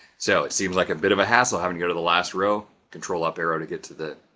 so it seems like a bit of a hassle having to go to the last row control up arrow, to get to the,